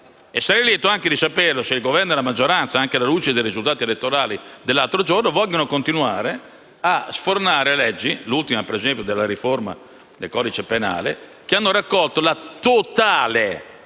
E sarei altrettanto lieto di sapere se il Governo e la maggioranza, anche alla luce dei risultati elettorali dell'altro giorno, vogliono continuare a sfornare leggi - l'ultima, per esempio, è la riforma del codice penale - che hanno raccolto la totale